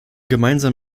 gemeinsam